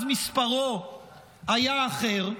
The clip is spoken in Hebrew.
אז מספרו היה אחר,